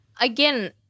again